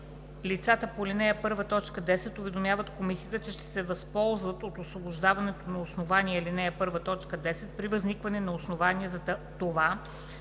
Лицата по ал. 1, т. 10 уведомяват комисията, че ще се възползват от освобождаването на основание ал. 1, т. 10 при възникване на основание за това,